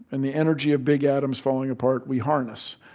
and the energy of big atoms falling apart, we harness.